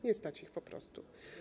Nie stać ich po prostu.